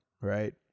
Right